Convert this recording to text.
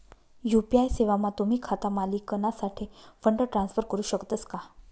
UPI सेवामा तुम्ही खाता मालिकनासाठे फंड ट्रान्सफर करू शकतस का